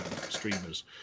streamers